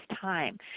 time